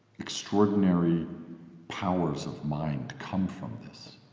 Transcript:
extraordinary powers of mind come from this!